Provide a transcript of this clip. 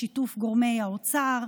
בשיתוף גורמי האוצר,